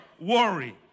worry